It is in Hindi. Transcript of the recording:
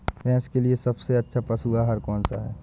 भैंस के लिए सबसे अच्छा पशु आहार कौन सा है?